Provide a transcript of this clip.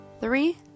three